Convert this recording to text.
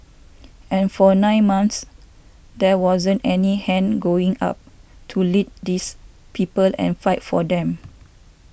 and for nine months there wasn't any hand going up to lead these people and fight for them